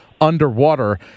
underwater